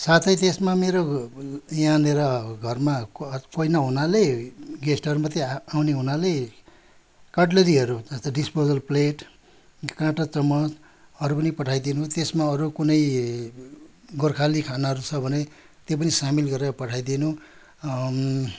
साथै त्यसमा मेरो यहाँनिर घरमा कोहि नहुनाले गेस्टहरू मात्रै आउने हुनाले कटलेरीहरू साथै डिस्पोजल प्लेट काँटा चम्चहरू पनि पठाइदिनु त्यसमा अरू कुनै गोर्खाली खानाहरू छ भने त्यो पनि सामेल गरेर पठाइदिनु